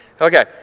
Okay